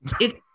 it-